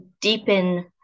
deepen